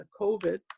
COVID